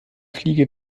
fliege